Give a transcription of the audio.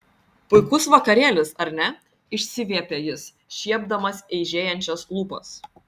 puikus vakarėlis ar ne išsiviepė jis šiepdamas eižėjančias lūpas